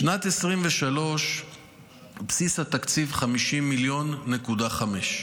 בשנת 2023 בסיס התקציב היה 50.5 מיליון.